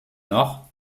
noch